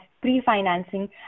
pre-financing